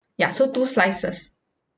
ya so two slices